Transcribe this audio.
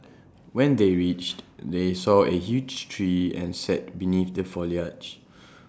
when they reached they saw A huge tree and sat beneath the foliage